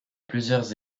plusieurs